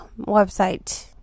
website